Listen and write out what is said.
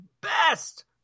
best –